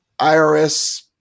irs